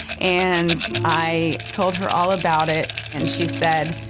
and i told her all about it and she said,